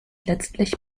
letztlich